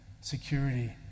security